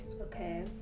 Okay